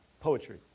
poetry